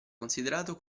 considerato